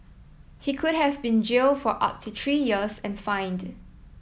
he could have been jailed for up to three years and fined